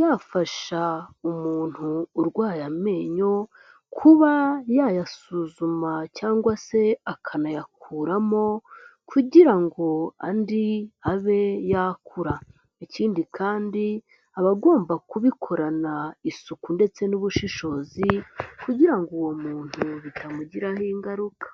yafasha umuntu urwaye amenyo kuba yayasuzuma cyangwa se akanayakuramo kugira ngo andi abe yakura. Ikindi kandi aba agomba kubikorana isuku ndetse n'ubushishozi kugira ngo uwo muntu bitamugiraho ingaruka.